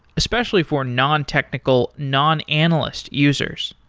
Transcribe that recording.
especially for non-technical non-analyst users.